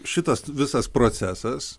šitas visas procesas